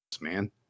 man